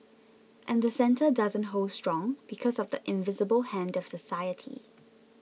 and the centre doesn't hold strong because of the invisible hand of society